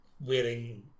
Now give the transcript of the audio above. wearing